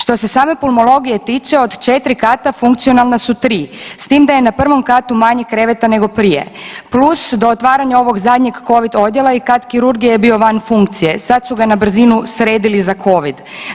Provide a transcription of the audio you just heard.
Što se same pulmologije tiče od 4 kata funkcionalna su 3 s tim da je na prvom katu manje kreveta nego prije plus do otvaranja ovog zadnjeg covid odjela i kat kirurgije je bio van funkcije, sad su ga na brzinu sredili za covid.